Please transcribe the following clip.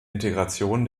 integration